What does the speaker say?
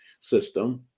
system